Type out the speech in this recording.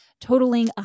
totaling